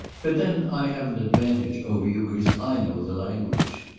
but then i have an advantage over you because i know the language.